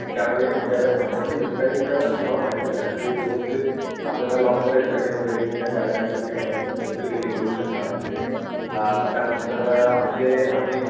की त्यामध्ये म्हणजे आता कंपनी हुंडाई तर तुम्हाला माहितीच आहे अगदी व्यवस्थित आपल्याला लाँग ड्राईवसाठी वगैरे त्या गाड्या अगदी सेफ आहे तुम्ही सेफ्टी रेटिंग बघू शकता आमचे त्यानंतर आमचे आम्ही